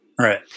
Right